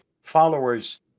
followers